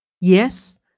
Yes